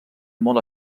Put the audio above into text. molt